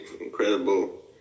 incredible